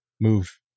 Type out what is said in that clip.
move